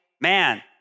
man